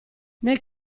nel